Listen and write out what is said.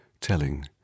telling